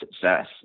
success